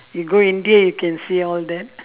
you go india you can see all that